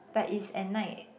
but it's at night